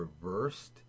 reversed